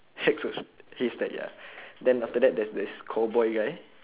hacks of haystack ya then after that there's this cowboy guy